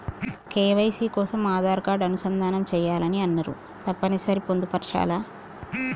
KYC కోసం Aadhaar card అనుసంధానం చేయాలని అన్నరు తప్పని సరి పొందుపరచాలా?